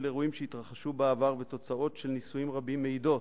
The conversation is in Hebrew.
של אירועים שהתרחשו בעבר ותוצאות של ניסויים רבים מעידות,